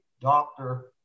doctor